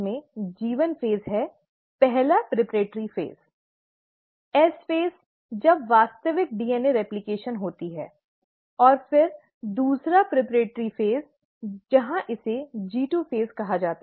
interphase में G 1 phase है पहला प्रारंभिक चरण एस चरण जब वास्तविक डीएनए रेप्लकेशन होती है और फिर दूसरा प्रारंभिक चरण जहां इसे जी 2 फ़ेज़ कहा जाता है